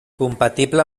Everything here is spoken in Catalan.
compatible